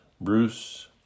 Bruce